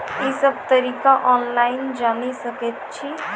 ई सब तरीका ऑनलाइन जानि सकैत छी?